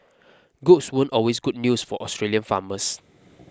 goats weren't always good news for Australian farmers